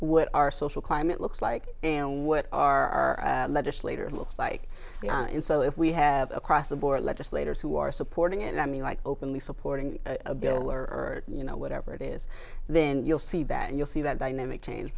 what our social climate looks like and what our legislator looks like and so if we have across the board legislators who are supporting it i mean like openly supporting a bill or you know whatever it is then you'll see that and you'll see that dynamic change